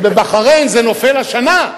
שבבחריין זה נופל השנה.